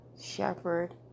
Shepherd